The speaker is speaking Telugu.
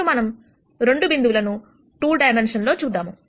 ఇప్పుడు మనం 2 బిందువులను 2 డైమెన్షన్ లోచూద్దాం